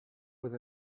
with